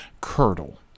curdle